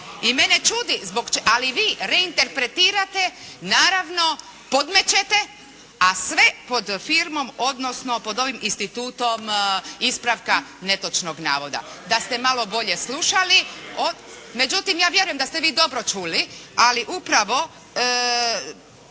udžbeniku. Ali vi reinterpretirate, naravno podmećete a sve pod firmom odnosno pod ovim institutom ispravka netočnog navoda. Da ste malo bolje slušali. Međutim, ja vjerujem da ste vi dobro čuli, ali upravo